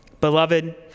Beloved